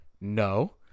No